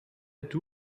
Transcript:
doo